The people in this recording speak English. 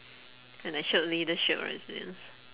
when I showed leadership or resilience